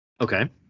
Okay